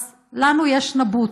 אז לנו יש נבוט,